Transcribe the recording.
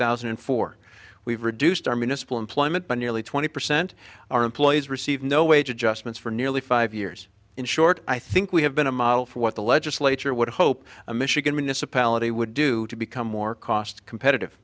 thousand and four we've reduced our municipal employment by nearly twenty percent our employees receive no wage adjustments for nearly five years in short i think we have been a model for what the legislature would hope a michigan this apology would do to become more cost competitive